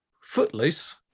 Footloose